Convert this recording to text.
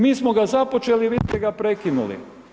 Mi smo ga započeli, vidite ga, prekinuli.